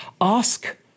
Ask